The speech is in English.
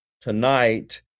tonight